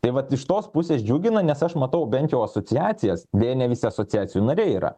tai vat iš tos pusės džiugina nes aš matau bent jau asociacijas deja ne visi asociacijų nariai yra